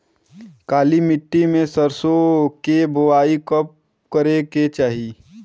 काली मिट्टी में सरसों के बुआई कब करे के चाही?